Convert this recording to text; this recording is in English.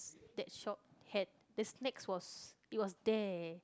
that shop had the snacks was it was there